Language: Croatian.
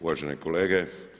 Uvažene kolege.